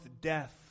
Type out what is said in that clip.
death